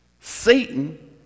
Satan